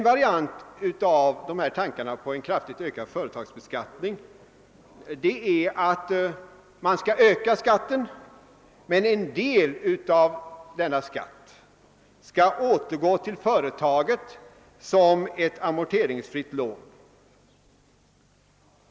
En variant av tankarna på en kraftigt ökad företagsbeskattning är att en del av denna skall återgå till företaget som ett amorteringsfritt lån.